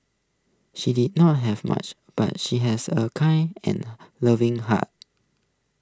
she did not have much but she has A kind and loving heart